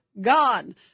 gone